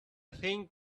thing